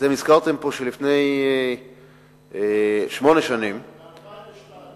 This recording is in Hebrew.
אתם הזכרתם פה שלפני שמונה שנים, ב-2002.